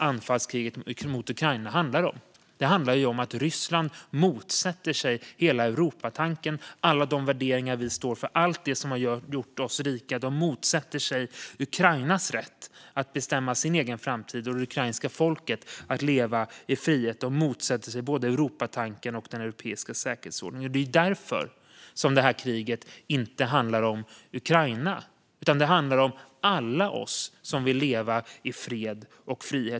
Anfallskriget mot Ukraina handlar om att Ryssland motsätter sig hela Europatanken, alla de värderingar vi står för, allt det som har gjort oss rika. De motsätter sig Ukrainas rätt att bestämma sin egen framtid, och de motsätter sig det ukrainska folkets rätt att leva i frihet. De motsätter sig både Europatanken och den europeiska säkerhetsordningen, och därför handlar det här kriget inte om Ukraina utan om alla oss som vill leva i fred och frihet.